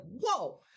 whoa